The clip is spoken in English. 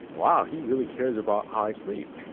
wow, he really cares about how i sleep.